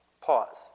Pause